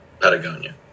Patagonia